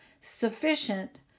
sufficient